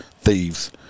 thieves